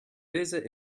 visit